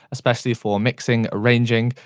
especially for mixing, arranging,